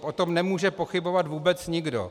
O tom nemůže pochybovat vůbec nikdo.